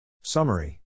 Summary